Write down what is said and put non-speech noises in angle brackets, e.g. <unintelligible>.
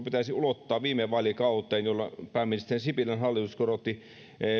<unintelligible> pitäisi oikeastaan ulottaa viime vaalikauteen jolloin pääministeri sipilän hallitus korotti